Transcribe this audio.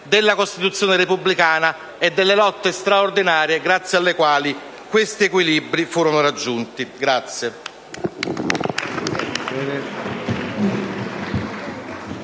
della Costituzione repubblicana e delle lotte straordinarie grazie alle quali questi equilibri furono raggiunti.